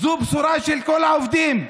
זו בשורה לכל העובדים.